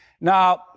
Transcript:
Now